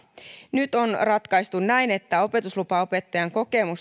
nyt on ratkaistu näin että opetuslupaopettajan